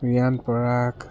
Riyan Parag